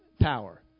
power